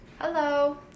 Hello